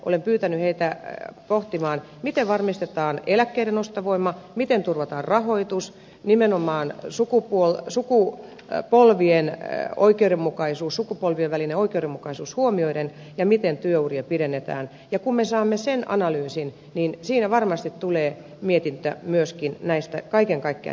olen pyytänyt heitä pohtimaan miten varmistetaan eläkkeiden ostovoima miten turvataan rahoitus nimenomaan sukupuolten suku ja polvien he sukupolvien välinen oikeudenmukaisuus huomioiden ja miten työuria pidennetään ja kun me saamme sen analyysin niin siinä varmasti tulee mietintä myöskin kaiken kaikkiaan näistä eläkeasioista